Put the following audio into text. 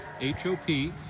h-o-p